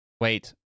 Wait